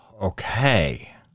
Okay